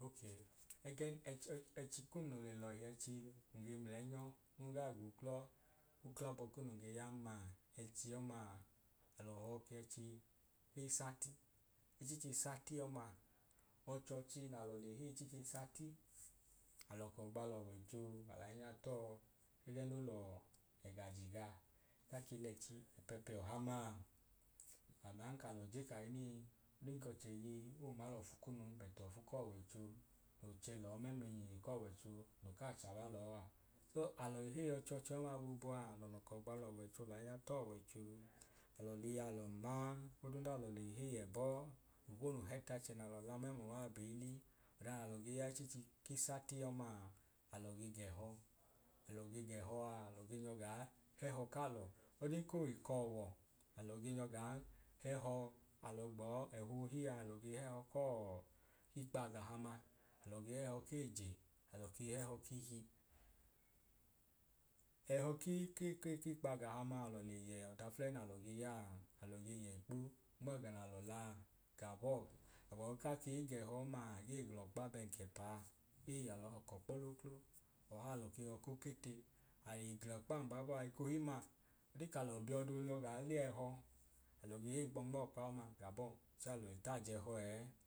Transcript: Ẹgẹ nẹ ẹchi kun no le lọhi ẹchi nge mlẹnyo, ngaa gu uklọ ukl’abọ kun nun ge yan ma ẹchi ọma alọ họọ kẹchi k’isati. Ichich’isati ọmaa ọchọọchi nalọ le heyi ichich’isati, al’ọkọ gba l’ọwọicho lainya tọọ ẹgẹ no lọọ ẹga je gaa ka ke lẹchi pẹpẹ ọha maa. Aman kalọ je kahinii odin k’ọchẹ yeyi oonma l’ọfu kunun but ọfu k’ọwọcho no chẹ lọọ mẹml’einyinyi k’ọwọicho no kaa chaba lọọ aa. So alọi heyi ọchọọchi ọma boobu aa alọ lọkọ gba l’ọwọicho lainya t’ọwọicho alọ liyalọ ma odun dalọ le heyi ebo l’okonu he t’achẹ nalọ la memluwaa biili, ọda nalọ ge ya ichichi k’isati ọmaa, alọ ge g’ẹhọ, alọ ge g’ẹhọ aa alọ ge nyọ gaa hẹhọ kalọ. Ọdin ko w’ekọọwọ, alọ ge nyọ gaa hẹhọ, alọ gbọọ ẹhọ ohi aa alọ ge hẹhọ kọọ kii kpa agahama, alọ ge hẹhọ ke eje, alọ kei hẹhọ k’ihi. Ẹhọ ki ki kpa agahamaa alọ le ye ọda fulẹi nalọ ge yaa, alọ ge yẹ ikpo nmẹga n’alolaa gabọọ, ogbọbu kaa kei g’ẹhọ ọmaa agee gl’ọkpa bẹn ke paa, ei alọ họọ k’ọkpọ lo klo, ọhaa alọ ke họọ k’okete. Ai gl’ọkpa mbabọọ a ekohin ma ọdin k’alọ biọ do nyọ gaa le ẹho, alọ ge h’ẹnkpọ nmọọkpa ọma gabọọ chẹẹ alọi taaj’ẹhọ ẹẹ